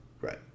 Right